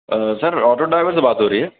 سر auto driver سے بات ہو رہی ہے